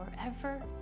forever